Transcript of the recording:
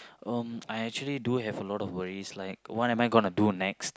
um I actually do have a lot of worries like what am I going to do next